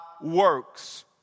works